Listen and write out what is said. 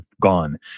Gone